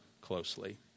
closely